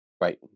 Right